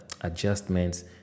adjustments